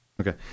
Okay